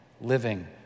living